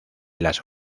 las